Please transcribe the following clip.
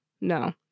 No